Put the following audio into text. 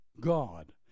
God